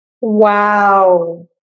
Wow